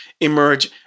emerge